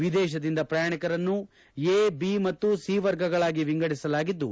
ವಿದೇತದಿಂದ ಬಂದ ಪ್ರಯಾಣಿಕರನ್ನು A B ಮತ್ತು ಸಿ ವರ್ಗಗಳಾಗಿ ಎಂದು ವಿಂಗಡಿಸಲಾಗಿದ್ದು